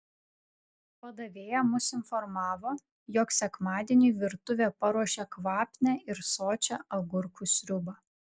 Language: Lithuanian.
padavėja mus informavo jog sekmadieniui virtuvė paruošė kvapnią ir sočią agurkų sriubą